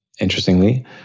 interestingly